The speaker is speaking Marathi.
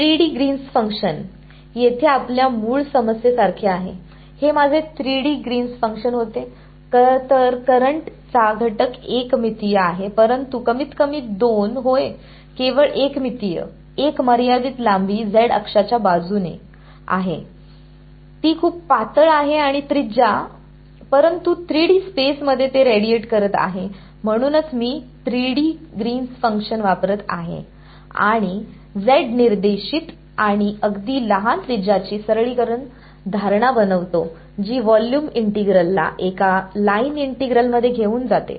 3D ग्रीन्स फंक्शनGreen's function येथे आपल्या मूळ समस्येसारखे आहे हे माझे 3 D ग्रीन्स फंक्शनGreen's function होते तर करंट चा घटक एकमितीय आहे परंतु कमीतकमी दोन होय केवळ एकमितीय एक मर्यादित लांबी z अक्षाच्या बाजूने आहे ती खूप पातळ आहे आणि त्रिज्या परंतु 3D स्पेस मध्ये ते रेडिएट करत आहे म्हणूनच मी 3 डी ग्रीन्स फंक्शनGreen's function वापरत आहे आणि झेड निर्देशित आणि अगदी लहान त्रिज्याची सरलीकरण धारणा बनवितो जी व्हॉल्युम इंटीग्रल ला एका लाईन इंटिग्रल मध्ये घेऊन जाते